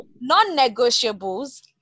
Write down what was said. non-negotiables